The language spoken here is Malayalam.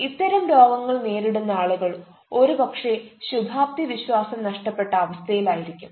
ഇത്തരം രോഗങ്ങൾ നേരിടുന്ന ആളുകൾ ഒരുപക്ഷേ ശുഭാപ്തി വിശ്വാസം നഷ്ടപ്പെട്ട അവസ്ഥയിലായിരിക്കും